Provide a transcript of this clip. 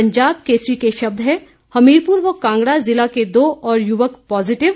पंजाब केसरी के शब्द हैं हमीरपुर व कांगड़ा जिला के दो और युवक पॉजिटिव